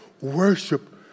worship